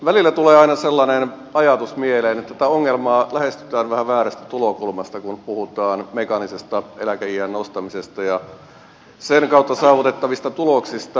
välillä tulee aina sellainen ajatus mieleen että tätä ongelmaa lähestytään vähän väärästä tulokulmasta kun puhutaan mekaanisesta eläkeiän nostamisesta ja sen kautta saavutettavista tuloksista